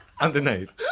Underneath